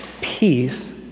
peace